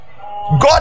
God